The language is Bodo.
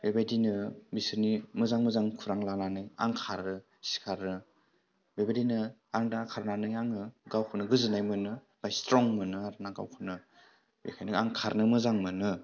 बेबायदिनो बिसोरनि मोजां मोजां खुरां लानानै आं खारो सिखारो बेबायदिनो आं दा खारनानै आङो गावखौनो गोजोननाय मोनो बा स्ट्रं मोनो आरोना गावखौनो बेखायनो आं खारनो मोजां मोनो